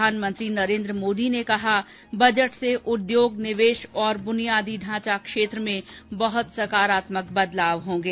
प्रधानमंत्री नरेन्द्र मोदी ने कहा बजट से उद्योग निवेश और बुनियादी ढांचा क्षेत्र में बहत सकारात्मक बदलाव होंगे